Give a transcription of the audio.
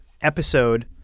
episode